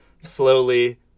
slowly